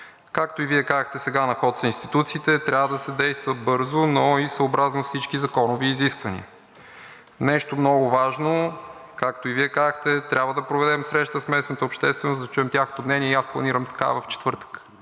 Както и Вие казахте, сега на ход са институциите. Трябва да се действа бързо, но и съобразно всички законови изисквания. Нещо много важно, както и Вие казахте, трябва да проведем среща с местната общественост, за да чуем тяхното мнение и планирам такава в четвъртък,